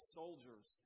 soldiers